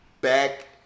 back